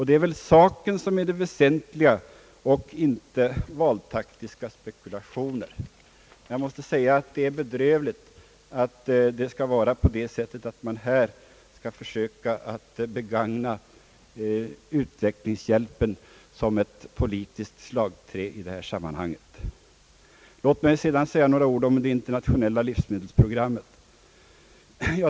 Det är väl saken som är det väsentliga, inte valtaktiska spekulationer. Det är bedrövligt att man försöker begagna utvecklingshjälpen såsom ett politiskt slagträ i detta sammanhang. Låt mig sedan säga några ord om det internationella livsmedelsprogrammet.